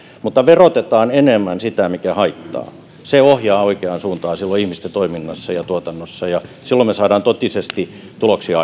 mutta verotetaan enemmän sitä mikä haittaa se ohjaa oikeaan suuntaan ihmisten toiminnassa ja tuotannossa ja silloin me saamme totisesti tuloksia